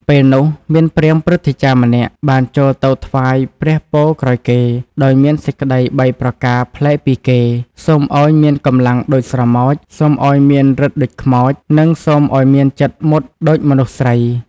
ពេលនោះ មានព្រាហ្មណ៍ព្រឹទ្ធាចារ្យម្នាក់ បានចូលទៅថ្វាយព្រះពរក្រោយគេ ដោយមានសេចក្តី ៣ ប្រការប្លែកពីគឺ សូមឲ្យមានកម្លាំងដូចស្រមោច សូមឲ្យមានឫទ្ធិដូចខ្មោច និងសូមឲ្យមានចិត្តមុតដូចមនុស្សស្រី។